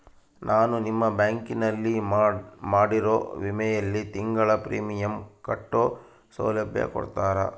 ನಾನು ನಿಮ್ಮ ಬ್ಯಾಂಕಿನಲ್ಲಿ ಮಾಡಿರೋ ವಿಮೆಯಲ್ಲಿ ತಿಂಗಳ ಪ್ರೇಮಿಯಂ ಕಟ್ಟೋ ಸೌಲಭ್ಯ ಕೊಡ್ತೇರಾ?